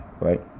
right